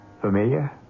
Familiar